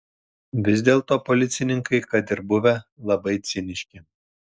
vis dėlto policininkai kad ir buvę labai ciniški